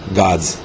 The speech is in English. gods